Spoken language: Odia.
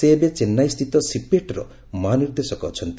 ସେ ଏବେ ଚେନ୍ନାଇସ୍ବିତ ସିପେଟ୍ର ମହାନିର୍ଦ୍ଦେଶକ ଅଛନ୍ତି